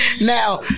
Now